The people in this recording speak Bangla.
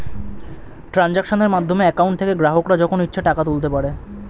ট্রানজাক্শনের মাধ্যমে অ্যাকাউন্ট থেকে গ্রাহকরা যখন ইচ্ছে টাকা তুলতে পারে